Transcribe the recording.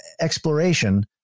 exploration